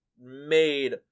made